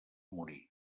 morí